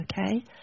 okay